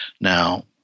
Now